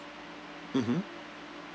mmhmm